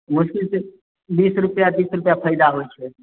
मोसकिलसँ बीस रुपैआ तीस रुपैआ फाइदा होइ छै